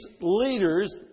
leaders